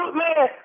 man